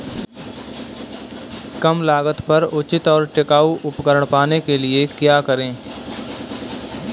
कम लागत पर उचित और टिकाऊ उपकरण पाने के लिए क्या करें?